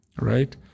right